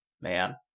Man